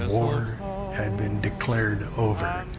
ah war had been declared over.